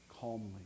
calmly